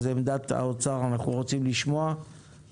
אנחנו רוצים לשמוע את עמדת האוצר,